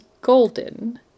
golden